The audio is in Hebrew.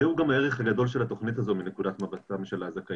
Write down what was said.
זה גם הערך הגדול של התוכנית הזאת מנקודת מבטם של הזכאים.